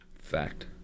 Fact